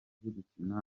gukina